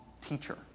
teacher